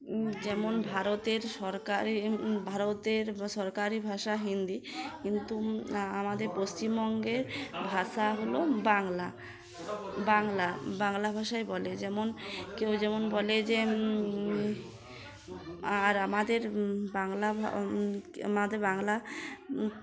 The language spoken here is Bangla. যেমন ভারতের সরকারি ভারতের সরকারি ভাষা হিন্দি কিন্তু আমাদের পশ্চিমবঙ্গের ভাষা হলো বাংলা বাংলা বাংলা ভাষায় বলে যেমন কেউ যেমন বলে যে আর আমাদের বাংলা আমাদের বাংলা